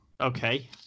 Okay